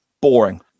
boring